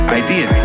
ideas